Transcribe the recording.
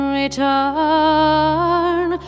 return